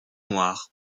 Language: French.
noir